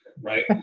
right